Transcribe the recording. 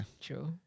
True